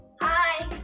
Hi